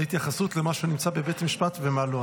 בהתייחסות למה שנמצא בבית משפט ומה לא.